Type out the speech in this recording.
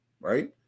Right